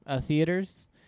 theaters